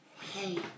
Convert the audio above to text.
hey